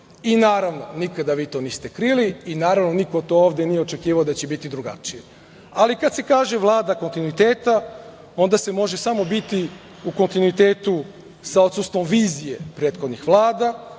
I naravno, nikada vi to niste krili i naravno niko to ovde nije očekivao da će biti drugačije. Ali, kad se kaže Vlada kontinuiteta, onda se može samo biti u kontinuitetu sa odsustvom vizije prethodnih Vlada,